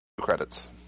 credits